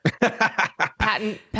Patent